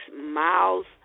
miles